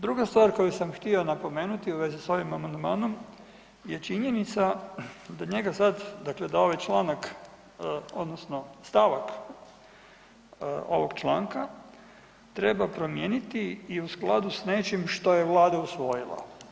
Druga stvar koju sam htio napomenuti u vezi s ovim amandmanom je činjenica da njega sad dakle da ovaj članak odnosno stavak ovog članka treba promijeniti i u skladu s nečim što je Vlada usvojila.